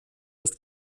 ist